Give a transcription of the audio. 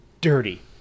dirty